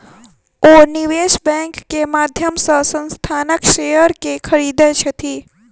ओ निवेश बैंक के माध्यम से संस्थानक शेयर के खरीदै छथि